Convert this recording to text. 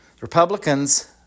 Republicans